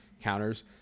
counters